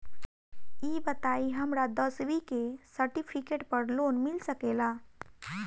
ई बताई हमरा दसवीं के सेर्टफिकेट पर लोन मिल सकेला?